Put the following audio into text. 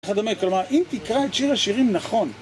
כלומר, אם תקרא את שיר השירים נכון